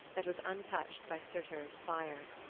that was untouched by surtur's fire.